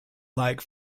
like